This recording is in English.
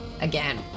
Again